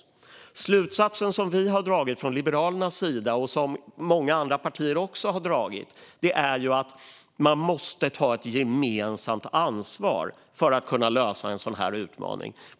Den slutsats som vi från Liberalernas sida har dragit, och som många andra partier också har dragit, är att man måste ta ett gemensamt ansvar för att kunna lösa en sådan här utmaning.